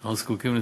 אנחנו זקוקים לזה.